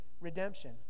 redemption